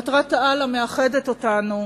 מטרת-העל המאחדת אותנו,